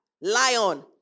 lion